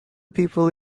people